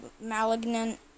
malignant